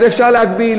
אז אפשר להגביל,